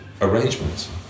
arrangements